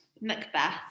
Macbeth